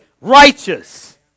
righteous